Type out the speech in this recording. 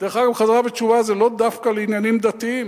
אגב, חזרה בתשובה זה לא דווקא בעניינים דתיים.